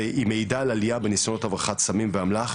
והיא מעידה על עלייה בניסיונות הברחת סמים ואמל"ח.